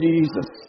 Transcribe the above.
Jesus